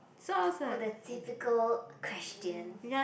oh the typical question